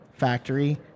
factory